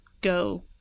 go –